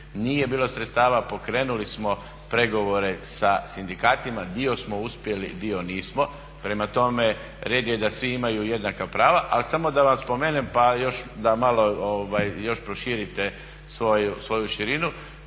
nije bilo sredstava. Pokrenuli smo pregovore sa sindikatima. Dio smo uspjeli, dio nismo. Prema tome, red je da svi imaju jednaka prava. Ali samo da vam spomenem pa još da malo još proširite svoju širinu.